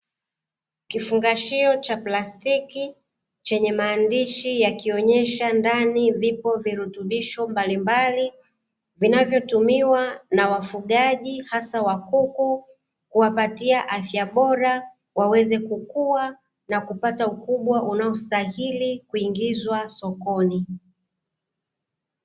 Kifungashio cha plastiki chenye maandishi yakionesha ndani vipo virutubisho mbalimbali vinavotumiwa na wafugaji hasa wa kuku, kuwapatia afya bora waweze kukua na kupata ukubwa unaostahili kuingizwa sokoni.